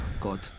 god